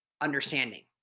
understanding